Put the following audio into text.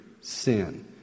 sin